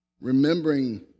remembering